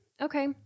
okay